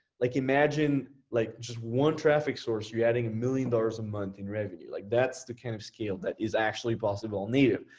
like imagine, like just one traffic source, you're adding a million dollars a month in revenue, like that's the kind of scale that is actually possible on native,